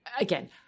again